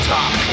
Talk